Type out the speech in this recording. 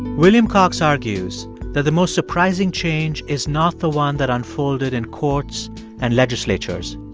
william cox argues that the most surprising change is not the one that unfolded in courts and legislatures.